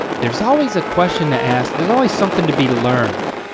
there's always a question to ask, there's always something to be learned.